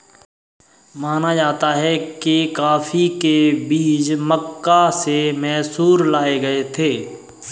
माना जाता है कि कॉफी के बीज मक्का से मैसूर लाए गए थे